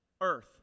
earth